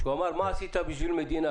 שאמר: מה עשית בשביל מדינה?